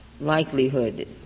likelihood